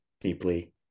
deeply